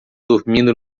dormindo